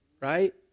right